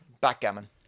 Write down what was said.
Backgammon